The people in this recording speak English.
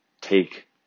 take